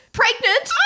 pregnant